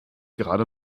gerade